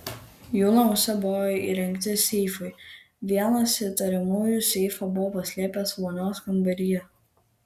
jų namuose buvo įrengti seifai vienas įtariamųjų seifą buvo paslėpęs vonios kambaryje